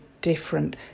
different